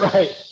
Right